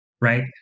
right